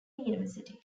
university